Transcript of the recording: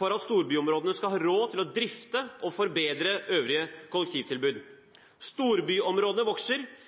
for at storbyområdene skal ha råd til å drifte og forbedre øvrige kollektivtilbud. Storbyområdene vokser.